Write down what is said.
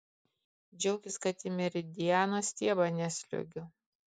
džiaukis kad į meridiano stiebą nesliuogiu